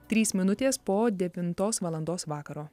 trys minutės po devintos valandos vakaro